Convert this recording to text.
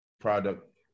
product